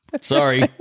Sorry